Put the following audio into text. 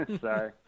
Sorry